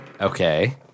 Okay